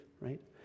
right